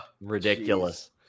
Ridiculous